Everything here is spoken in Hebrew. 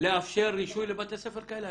לאפשר רישוי לבתי ספר כאלה.